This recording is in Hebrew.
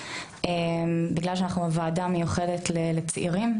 בגלל שאנחנו הוועדה המיוחדת לצעירים,